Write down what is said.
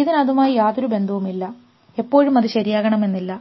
ഇതിനു അതുമായി യാതൊരു ബന്ധവുമില്ല എപ്പോഴും അത് ശരിയാകണമെന്നില്ല